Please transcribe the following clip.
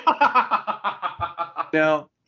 Now